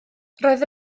roedd